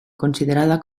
considerada